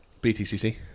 BTCC